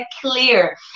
clear